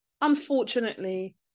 unfortunately